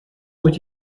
would